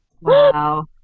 Wow